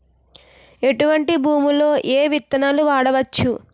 ఎటువంటి భూమిలో ఏ విత్తనాలు వాడవచ్చు?